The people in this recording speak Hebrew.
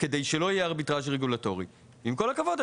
עם כל הכבוד,